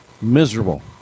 Miserable